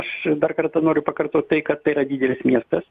aš dar kartą noriu pakartot tai kad tai yra didelis miestas